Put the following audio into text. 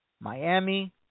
Miami